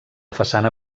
façana